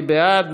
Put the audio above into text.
מי בעד?